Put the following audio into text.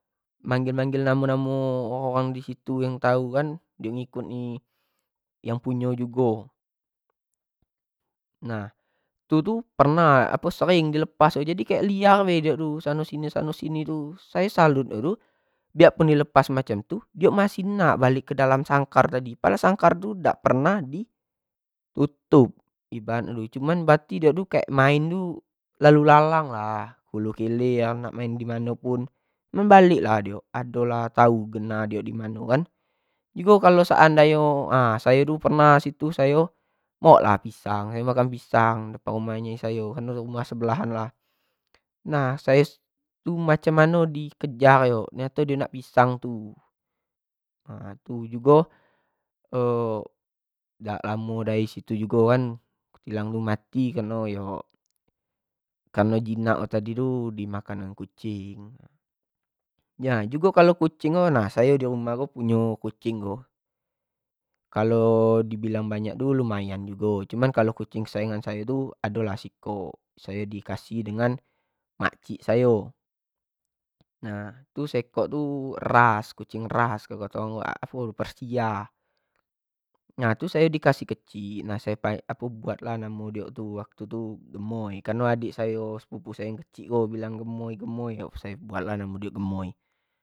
Manggil-manggil namo orang-orang di situyang u kan dio ngikut yang punyo jugo, nah, itu tu sering di lepas tu jadi kayak liar be diok tu sano sini-sano sini tu, sayo salut nyo tu biak di lepas kek gitu diok masih nak balek ke dalam sangkar tadi, padahal sangkar tadi dak pernah di tutup, ibarat bati nyo to lucu diokmain u lalu lalang lah, kulu kilir nak main kemano pun, mcuma balik lah diok, ado lah tau lah diok nah diok dimano kan, nah jugo seandai nyo, nah sayo dulu pernah kan, bawa lah pisang sayo makan pisang di umah nyo sayo, kan rumah di sebelah tu lah, nah sayo tu macam mano di kejar nyo rupo nyo dio nak pisang tu, jugo dak lamo dari itu jugo kan, bilang mau mati kareno jinak cam no itu kan, di makan kucing, punyo kucing tu, di bilang punyo banyak tu lumayanjugo, cuma kucing kesayangan sayo tu ado lah sekok, sayo i kasih dengan mak cik sayo, nah tu sekok tu ras kucing ras, katomoranmg tu ersia, nya itu sayo di kasih kecik, samo diok tu di kasih namo gemoy, kareno dek sayo yang kecik ni bilang gemoy-gemoy.